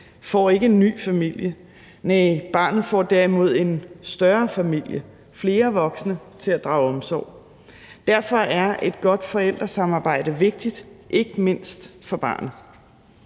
får ikke en ny familie, næh, barnet får derimod en større familie, flere voksne til at drage omsorg. Derfor er et godt forældresamarbejde vigtigt, ikke mindst for barnet.